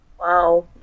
Wow